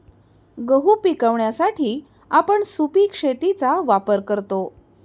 गहू पिकवण्यासाठी आपण सुपीक शेतीचा वापर करतो